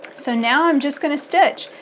so now i'm just going to stitch.